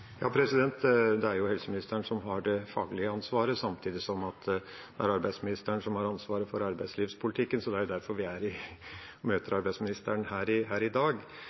Det er helseministeren som har det faglige ansvaret, samtidig som arbeidsministeren har ansvaret for arbeidslivspolitikken. Det er derfor vi er i møte med arbeidsministeren her i dag. Jeg er litt overrasket over at ikke arbeidsministeren har satt seg mer inn i